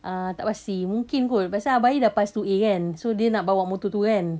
ah tak pasti mungkin kot pasal abang ayie dah pass two A kan so dia nak bawa motor tu kan